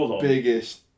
biggest